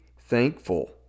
thankful